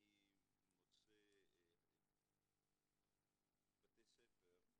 אני מוצא בתי ספר,